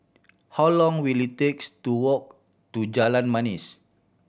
how long will it takes to walk to Jalan Manis